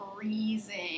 freezing